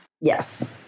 Yes